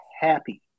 happy